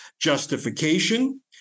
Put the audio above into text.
justification